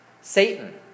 Satan